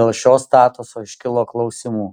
dėl šio statuso iškilo klausimų